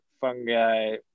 fungi